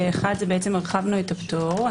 אחד, הרחבנו את הפטור.